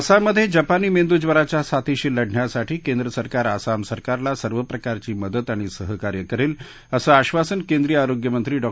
आसाममधजिपानी मेंदूज्वराच्या साथीशी लढण्यासाठी केंद्र सरकार आसाम सरकारला सर्व प्रकारची मदत आणि सहकार्य करद्व असं आधासन केंद्रीय आरोग्यमंत्री डॉ